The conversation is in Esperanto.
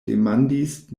demandis